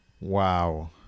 wow